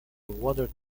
watered